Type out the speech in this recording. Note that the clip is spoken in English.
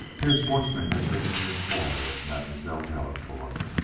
herr schwartzmann had been in the employ of mademoiselle delacouer,